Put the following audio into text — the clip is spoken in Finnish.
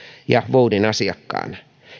ja voudin asiakkaana